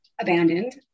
abandoned